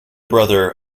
brother